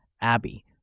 Abby